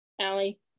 Allie